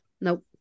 Nope